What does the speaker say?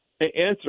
answer